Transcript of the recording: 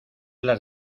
las